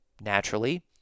naturally